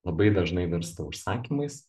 labai dažnai virsta užsakymais